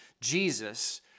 Jesus